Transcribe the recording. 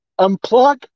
Unplug